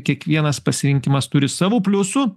kiekvienas pasirinkimas turi savų pliusų